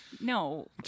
No